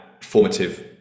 formative